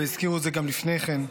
והזכירו את זה גם לפני כן,